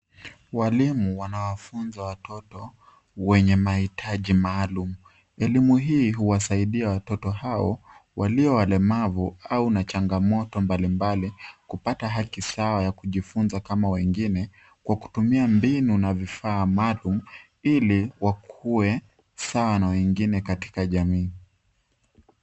Walimu wanawafunza watoto wenye mahitaji maalum, elimu hii huwasaidia watoto hao walio walemavu au na changamoto mbalimbali kupata haki sawa ya kujifunza kama wengine kwa kutumia mbinu na vifaa maalum ili wakue sawa na wengine katika jamii.